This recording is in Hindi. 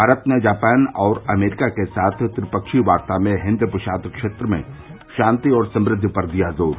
भारत ने जापान और अमरीका के साथ त्रिपक्षीय वार्ता में हिन्द प्रशांत क्षेत्र में शांति और समृद्धि पर दिया जोर